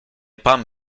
pan